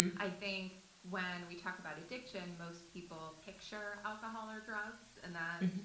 and i think when we talk about addiction, most people picture alcohol or drugs and that